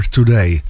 Today